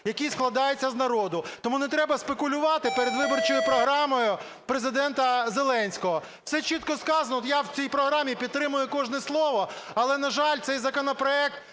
який складається з народу". Тому не треба спекулювати передвиборчою програмою Президента Зеленського, все чітко сказано. От я в цій програмі підтримую кожне слово. Але, на жаль, цей законопроект